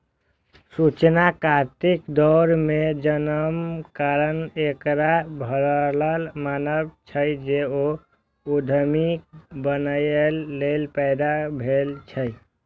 सूचना क्रांतिक दौर मे जन्मक कारण एकरा सभक मानब छै, जे ओ उद्यमी बनैए लेल पैदा भेल छै